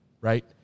right